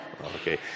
okay